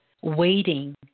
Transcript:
waiting